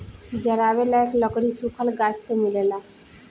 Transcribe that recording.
जरावे लायक लकड़ी सुखल गाछ से मिलेला